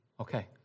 okay